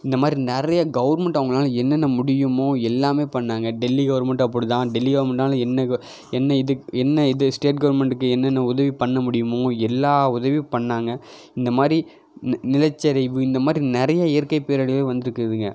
இந்தமாதிரி நிறைய கவர்மெண்ட் அவங்களால என்னென்ன முடியுமோ எல்லாமே பண்ணிணாங்க டெல்லி கவர்மெண்ட்டும் அப்படி தான் டெல்லி கவர்மெண்ட்னால் என்ன என்ன இது என்ன இது ஸ்டேட் கவர்மெண்ட்டுக்கு என்னென்ன உதவி பண்ண முடியுமோ எல்லா உதவியும் பண்ணிணாங்க இந்தமாதிரி நிலச்சரிவு இந்தமாதிரி நிறைய இயற்கை பேரழிவு வந்திருக்குதுங்க